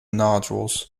nodules